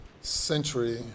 century